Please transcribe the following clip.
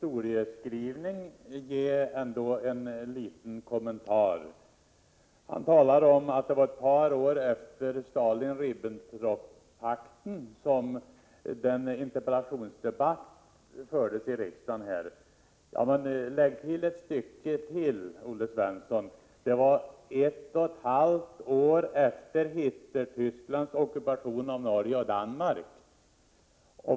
Fru talman! Låt mig göra en liten kommentar till Olle Svenssons historiebeskrivning. Han talade om att det var ett par år efter Stalin Ribbentrop-pakten som den nämnda interpellationsdebatten fördes i riksdagen. Lägg till ett stycke till, Olle Svensson! Det var ett och ett halvt år efter Hitlertysklands ockupation av Norge och Danmark!